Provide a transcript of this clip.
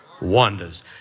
wonders